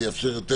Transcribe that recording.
זה יאפשר יותר,